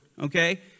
okay